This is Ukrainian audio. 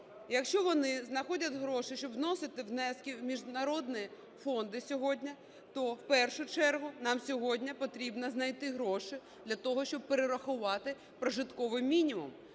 якщо вони знаходять гроші, щоб вносити внески в міжнародні фонди сьогодні, то в першу чергу нам сьогодні потрібно знайти гроші для того, щоб перерахувати прожитковий мінімум.